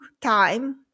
time